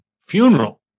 funeral